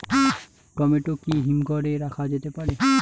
Tomato কি হিমঘর এ রাখা যেতে পারে?